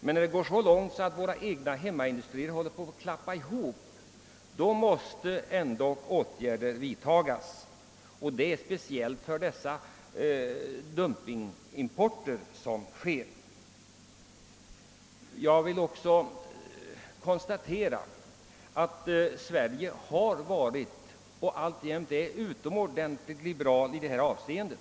Men när det går dithän att våra egna industrier håller på att klappa ihop, måste ändå åtgärder vidtas, speciellt när det är fråga om dumpingimport. Jag vill även konstatera att vårt land har varit och alltjämt är utomordentligt liberalt i detta avseende.